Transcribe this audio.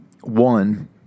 one